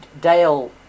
Dale